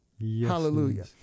Hallelujah